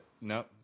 No